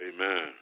Amen